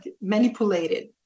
manipulated